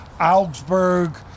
Augsburg